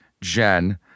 Jen